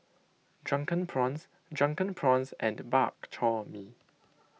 Drunken Prawns Drunken Prawns and Bak Chor Mee